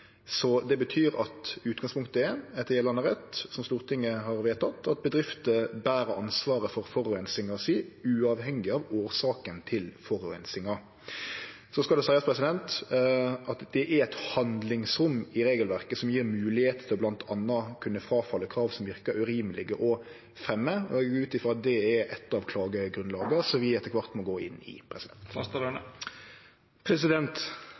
Det betyr at utgangspunktet er, etter gjeldande rett, som Stortinget har vedteke, at bedrifter ber ansvaret for forureininga si, uavhengig av årsaka til forureininga. Så skal det seiast at det er eit handlingsrom i regelverket som gjev moglegheit til bl.a. å kunne gje avkall på krav som verkar urimelege å fremje. Eg går ut frå at det er eit av klagegrunnlaga som vi etter kvart må gå inn i.